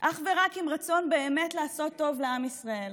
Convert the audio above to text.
אך ורק עם רצון באמת לעשות טוב לעם ישראל.